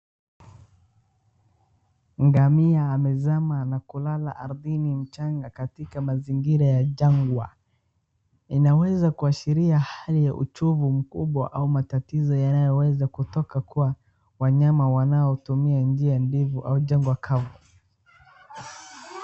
Ngamia amezama na kulala ardhini mcahnga katika mazingira ya jangwa, inaweza kuashiria hali ya uchovu mkubwa au matatizo yanayoweza kutoka kwa wanyama wanaotumia njia ndefu au jangwa kau.